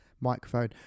microphone